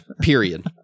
Period